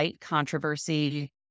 controversy